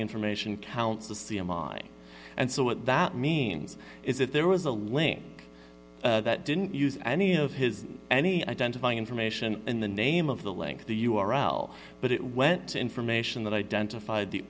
information counts to see a mine and so what that means is that there was a link that didn't use any of his any identifying information and the name of the link the u r l but it went to information that identified the